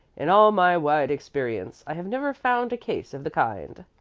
in all my wide experience i have never found a case of the kind.